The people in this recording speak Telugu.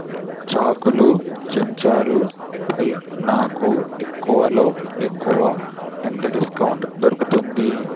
చాకులు చెంచాలు పై నాకు ఎక్కువలో ఎక్కువ ఎంత డిస్కౌంట్ దొరుకుతుంది